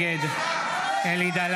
נגד בושה --- תתביישי --- (קורא בשמות חברי הכנסת) אלי דלל,